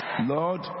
Lord